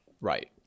right